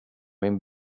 min